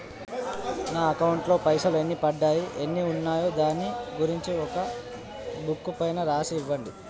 నా అకౌంట్ లో పైసలు ఎన్ని పడ్డాయి ఎన్ని ఉన్నాయో దాని గురించి ఒక బుక్కు పైన రాసి ఇవ్వండి?